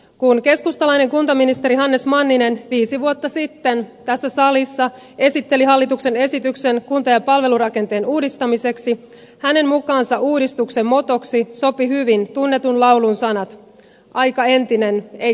kun keskustalainen kuntaministeri hannes manninen viisi vuotta sitten tässä salissa esitteli hallituksen esityksen kunta ja palvelurakenteen uudistamiseksi hänen mukaansa uudistuksen motoksi sopivat hyvin tunnetun laulun sanat aika entinen ei koskaan enää palaa